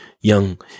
young